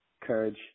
courage